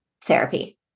therapy